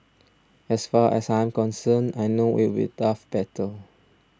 as far as I'm concerned I know it will tough battle